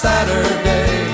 Saturday